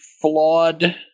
flawed